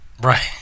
Right